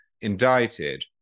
indicted